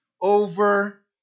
over